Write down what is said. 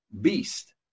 beast